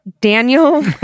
Daniel